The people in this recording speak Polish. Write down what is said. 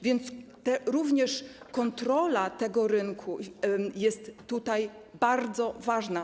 Więc również kontrola tego rynku jest tutaj bardzo ważna.